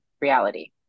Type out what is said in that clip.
reality